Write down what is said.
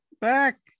Back